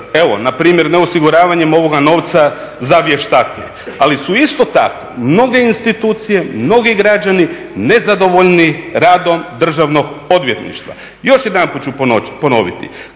evo npr. neosiguravanjem ovoga novca za vještake. Ali su isto tako mnoge institucije, mnogi građani nezadovoljni radom Državnog odvjetništva. Još jedanput ću ponoviti,